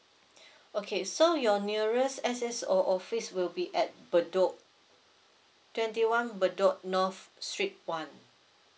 okay so your nearest S_S_O office will be at bedok twenty one bedok north street one